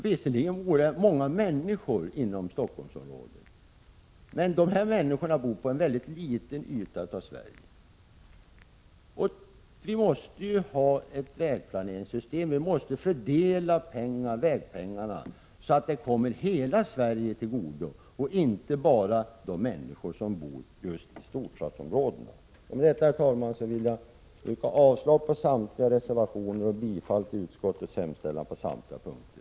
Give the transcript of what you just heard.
Visserligen bor det många människor inom Stockholmsområdet men de bor på en mycket liten yta av Sverige, och vi måste ju ha ett vägplaneringssystem som fördelar vägpengarna så att de kommer hela Sverige till godo och inte bara storstadsområdena. Herr talman! Med detta vill jag yrka avslag på samtliga reservationer och bifall till utskottets hemställan på samtliga punkter.